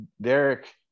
Derek